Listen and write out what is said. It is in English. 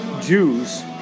Jews